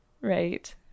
Right